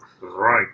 Right